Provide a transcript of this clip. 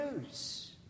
news